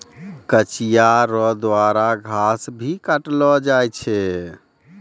कचिया रो द्वारा घास भी काटलो जाय छै